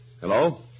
Hello